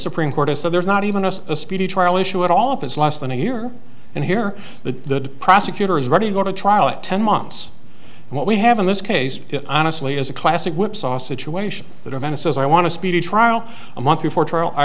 supreme court has said there's not even us a speedy trial issue at all if it's less than a year and here the prosecutor is ready to go to trial at ten months and what we have in this case honestly is a classic whipsaw situation that of venice is i want to speedy trial a month before trial i